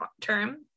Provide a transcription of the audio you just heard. term